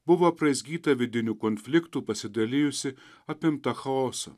buvo apraizgyta vidinių konfliktų pasidalijusi apimta chaoso